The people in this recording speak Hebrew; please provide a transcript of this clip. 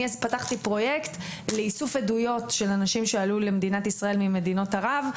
פתחתי פרויקט לאיסוף עדויות של אנשים שעלו למדינת ישראל ממדינות ערב,